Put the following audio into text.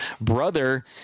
brother